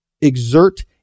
exert